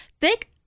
thick